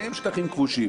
שניהם שטחים כבושים.